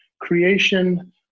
creation